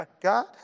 God